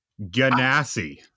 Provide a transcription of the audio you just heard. Ganassi